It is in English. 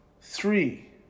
three